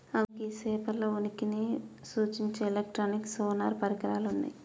అగో గీ సేపల ఉనికిని సూచించే ఎలక్ట్రానిక్ సోనార్ పరికరాలు ఉన్నయ్యి